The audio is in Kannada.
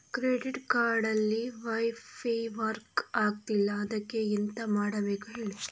ಕ್ರೆಡಿಟ್ ಕಾರ್ಡ್ ಅಲ್ಲಿ ವೈಫೈ ವರ್ಕ್ ಆಗ್ತಿಲ್ಲ ಅದ್ಕೆ ಎಂತ ಮಾಡಬೇಕು ಹೇಳಿ